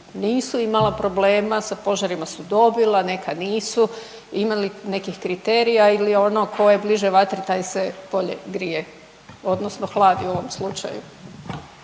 nisu imala problema sa požarima su dobila, neka nisu imali nekih kriterija ili je ono ko je bliže vatri taj se bolje grije odnosno hladi u ovom slučaju.